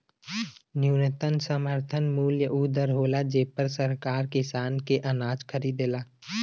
न्यूनतम समर्थन मूल्य उ दर होला जेपर सरकार किसान के अनाज खरीदेला